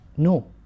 No